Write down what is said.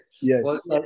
Yes